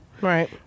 right